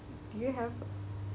do you have